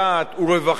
במקרה הזה.